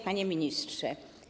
Panie Ministrze!